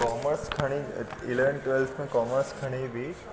commerce खणी eleventh twelfth में commerce खणी बि